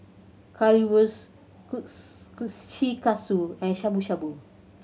Currywurst Kushikatsu and Shabu Shabu